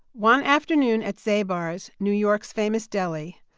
one afternoon, at zabars, new york's famous deli,